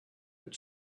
had